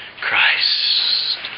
Christ